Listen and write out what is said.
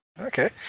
Okay